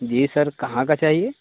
جی sir کہاں کا چاہیے